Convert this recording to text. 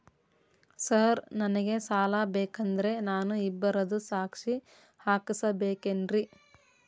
Sir ನನಗೆ ಸಾಲ ಬೇಕಂದ್ರೆ ನಾನು ಇಬ್ಬರದು ಸಾಕ್ಷಿ ಹಾಕಸಬೇಕೇನ್ರಿ?